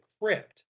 crypt